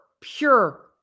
pure